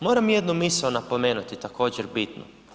Moram jednu misao napomenuti, također bitnu.